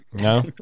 No